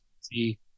see